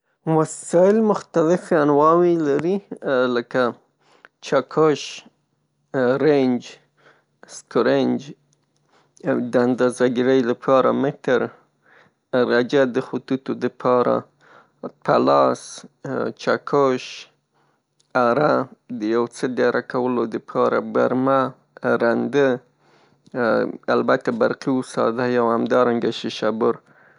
وسایل مختلف انواوې لري لکه چکش، رنج، سکرنج او د اندازه ګیرۍ لپاره متر، درجه د خطوطو لپاره، پلاس، چکش، اره، د یو څه د اره کولو لپاره برمه، رنده البته برقی او ساده او همدارنګه شیشه بر.